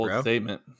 statement